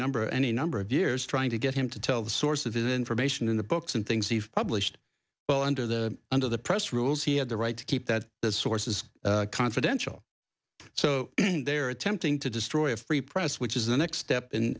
number any number of years trying to get him to tell the source of that information in the books and things he published well under the under the press rules he had the right to keep that the source is confidential so they are attempting to destroy a free press which is the next step in